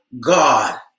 God